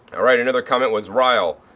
alright, another comment was rhyle.